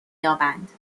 یابند